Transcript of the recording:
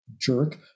jerk